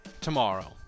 tomorrow